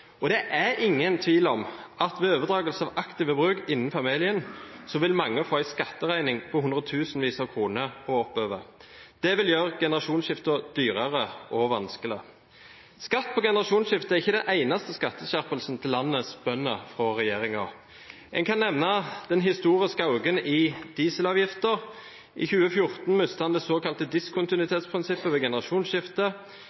Det er ingen tvil om at ved overdragelse av aktive bruk innen familien vil mange få en skatteregning på hundretusenvis av kroner og oppover. Det vil gjøre generasjonsskifter dyrere og vanskelige. Skatt ved generasjonsskifte er ikke den eneste skatteskjerpelsen til landets bønder fra regjeringen. En kan nevne den historiske økningen i dieselavgiften. I 2014 mistet man det såkalte diskontinuitetsprinsippet ved